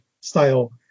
style